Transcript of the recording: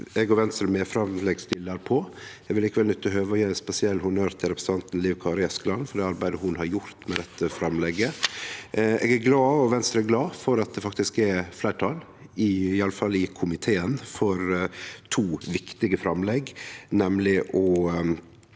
eg og Venstre med på. Eg vil likevel nytte høvet å gje ein spesiell honnør til representanten Liv Kari Eskeland for det arbeidet ho har gjort med dette framlegget. Eg og Venstre er glade for at det faktisk er fleirtal, iallfall i komiteen, for to viktige framlegg, nemleg å